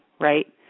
right